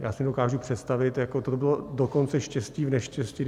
Já si nedokážu představit... to bylo dokonce štěstí v neštěstí.